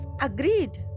agreed